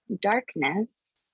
darkness